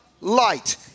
light